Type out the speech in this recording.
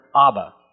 Abba